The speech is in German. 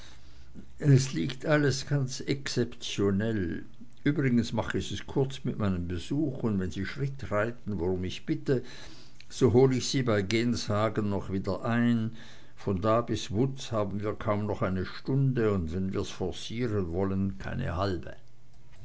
es liegt alles ganz exzeptionell übrigens mach ich es kurz mit meinem besuch und wenn sie schritt reiten worum ich bitte so hol ich sie bei genshagen noch wieder ein von da bis wutz haben wir kaum noch eine stunde und wenn wir's forcieren wollen keine halbe